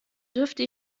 dürfte